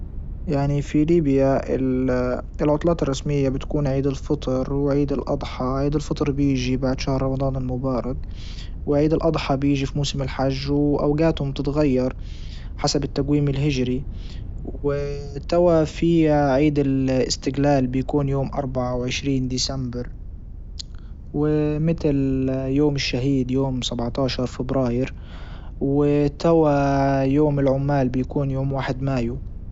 يعني في ليبيا العطلات الرسمية بتكون عيد الفطر وعيد الاضحى عيد الفطر بيجي بعد شهر رمضان المبارك وعيد الاضحى بيجي في موسم الحج واوجاتهم بتتغير حسب التجويم الهجري وتوا في عيد الاستجلال بيكون يوم اربعة وعشرين ديسمبر ومتل يوم الشهيد يوم سبعة عشر فبراير وتوا يوم العمال بيكون يوم واحد مايو